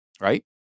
Right